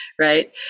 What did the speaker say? right